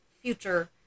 future